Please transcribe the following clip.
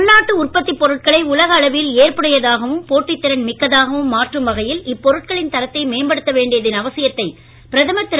உள்நாட்டு உற்பத்தி பொருட்களை உலக அளவில் ஏற்புடையதாகவும் போட்டித்திறன் மிக்கதாகவும் மாற்றும் வகையில் இப்பொருட்களின் தரத்தை மேம்படுத்த வேண்டியதன் அவசியத்தை பிரதமர் திரு